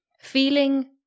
feeling